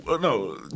no